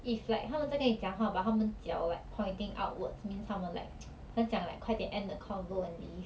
if like 他们在跟你讲话 but 他们脚 like pointing outwards means 他们 like 很像 like 快点 end the convo and leave